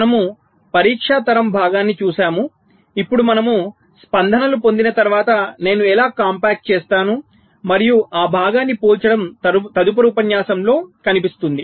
మనము పరీక్ష తరం భాగాన్ని చూశాము ఇప్పుడు మనము స్పందనలు పొందిన తరువాత నేను ఎలా కాంపాక్ట్ చేస్తాను మరియు ఆ భాగాన్ని పోల్చడం తదుపరి ఉపన్యాసంలో కనిపిస్తుంది